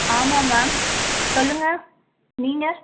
ஆமாம் மேம் சொல்லுங்கள் நீங்கள்